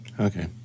Okay